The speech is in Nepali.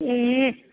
ए